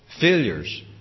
failures